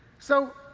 so,